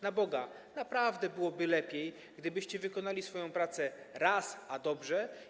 Na Boga, naprawdę byłoby lepiej, gdybyście wykonali swoją pracę raz a dobrze.